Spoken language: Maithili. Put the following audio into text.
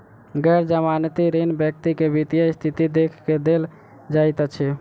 गैर जमानती ऋण व्यक्ति के वित्तीय स्थिति देख के देल जाइत अछि